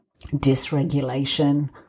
dysregulation